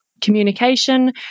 communication